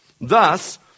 Thus